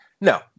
No